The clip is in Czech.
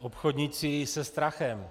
Obchodníci se strachem.